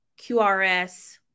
QRS